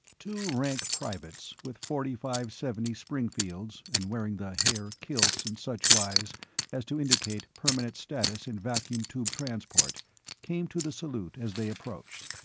two rank privates with forty five seventy springfields and wearing the haer kilts in such wise as to indicate permanent status in vacuum tube transport came to the salute as they approached.